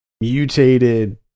mutated